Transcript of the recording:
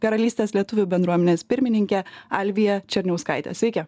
karalystės lietuvių bendruomenės pirmininke alvija černiauskaite sveiki